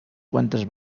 quantes